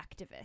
activist